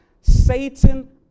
Satan